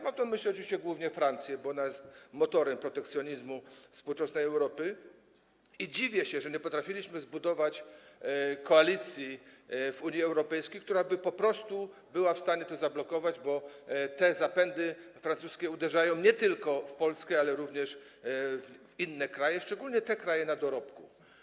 Mam tu na myśli oczywiście głównie Francję, bo ona jest motorem protekcjonizmu współczesnej Europy, i dziwię się, że nie potrafiliśmy zbudować koalicji w Unii Europejskiej, która byłaby po prostu w stanie to zablokować, bo te francuskie zapędy uderzają nie tylko w Polskę, ale również w inne kraje, szczególnie kraje na dorobku.